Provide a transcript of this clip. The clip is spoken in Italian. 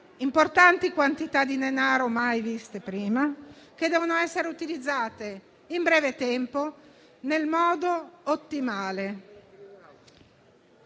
importanti quantità di denaro, mai viste prima, che devono essere utilizzate in breve tempo, nel modo ottimale.